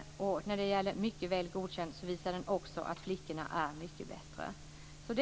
Flickorna är också mycket bättre på nivån Mycket väl godkänd. I